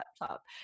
laptop